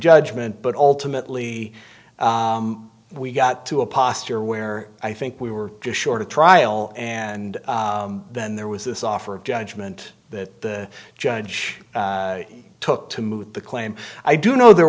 judgment but ultimately we got to a posture where i think we were just short of trial and then there was this offer of judgment that the judge took to move the claim i do know there